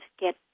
get